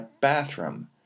bathroom